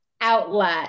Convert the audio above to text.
outlet